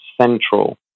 central